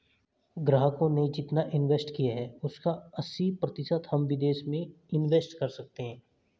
ग्राहकों ने जितना इंवेस्ट किया है उसका अस्सी प्रतिशत हम विदेश में इंवेस्ट कर सकते हैं